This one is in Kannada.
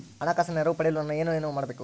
ಹಣಕಾಸಿನ ನೆರವು ಪಡೆಯಲು ನಾನು ಏನು ಮಾಡಬೇಕು?